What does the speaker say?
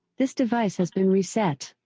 this device has been reset.